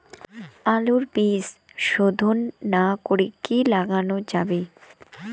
আলুর বীজ শোধন না করে কি লাগানো যাবে?